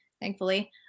thankfully